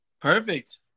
Perfect